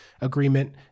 agreement